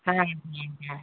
হ্যাঁ হ্যাঁ হ্যাঁ